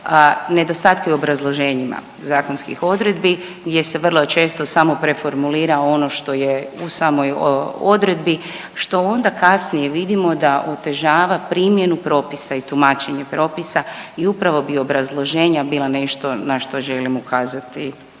nedostatke u obrazloženjima zakonskih odredbi, gdje se vrlo često samo preformulira ono što je u samoj odredbi što onda kasnije vidimo da otežava primjenu propisa i tumačenje propisa i upravo bi obrazloženja bila nešto na što želim ukazati